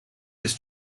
his